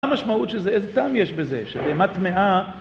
מה המשמעות של זה? איזה טעם יש בזה? שבהמה טמאה